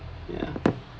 ya